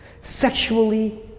sexually